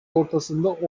ortasında